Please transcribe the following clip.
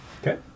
Okay